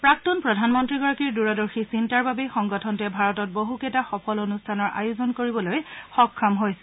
প্ৰাক্তন প্ৰধানমন্ত্ৰীগৰাকীৰ দূৰদৰ্শী চিন্তাৰ বাবেই সংগঠনটোৱে ভাৰতত বহুকেইটা সফল অনুষ্ঠানৰ আয়োজন কৰিবলৈ সক্ষম হৈছিল